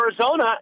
Arizona